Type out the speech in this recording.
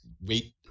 wait